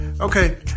Okay